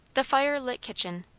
the fire-lit kitchen,